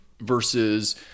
versus